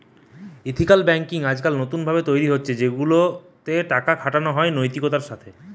ethical banking আজকাল নতুন ভাবে তৈরী হতিছে সেগুলা তে টাকা খাটানো হয় নৈতিকতার সাথে